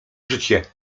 życie